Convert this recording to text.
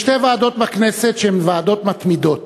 יש שתי ועדות בכנסת שהן ועדות מתמידות.